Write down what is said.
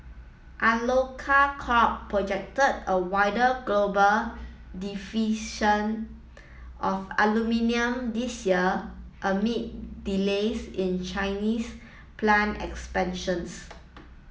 Alcoa Corp projected a wider global of aluminium this year amid delays in Chinese plant expansions